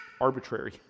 arbitrary